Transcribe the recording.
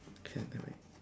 clear the way